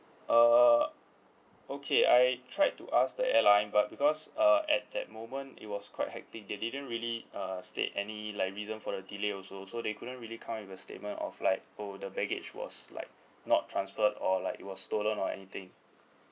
uh okay I tried to ask the airline but because uh at that moment it was quite hecting they didn't really uh state any like reason for the delay also so they couldn't really come with a statement of like oh the baggage was like not transferred or like it was stolen or anything